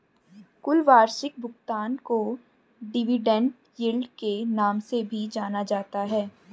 कुल वार्षिक भुगतान को डिविडेन्ड यील्ड के नाम से भी जाना जाता है